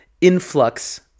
influx